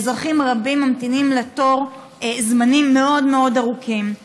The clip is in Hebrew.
ואזרחים רבים ממתינים בתור זמנים מאוד מאוד ארוכים.